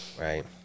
right